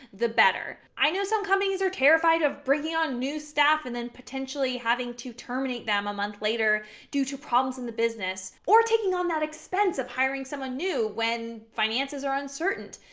the better. i know some companies are terrified of bringing on new staff and then potentially having to terminate them a month later due to problems in the business, or taking on that expense of hiring someone new when finances are uncertain.